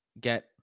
get